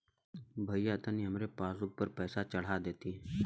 भईया तनि हमरे पासबुक पर पैसा चढ़ा देती